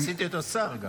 עשיתי אותו שר.